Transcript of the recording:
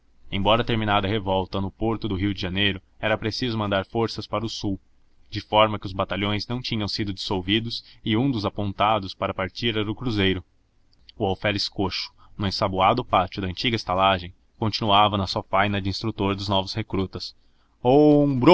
embora terminada a revolta no porto do rio de janeiro era preciso mandar forças para o sul de forma que os batalhões não tinham sido dissolvidos e um dos apontados para partir era o cruzeiro o alferes coxo no ensaboado pátio da antiga estalagem continuava na sua faina de instrutor dos novos recrutas